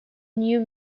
new